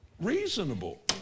Reasonable